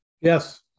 Yes